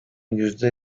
yüzde